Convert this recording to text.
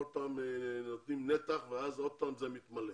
כל פעם נותנים נתח ואז שוב המחנה מתמלא.